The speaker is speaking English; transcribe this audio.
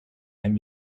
and